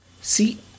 See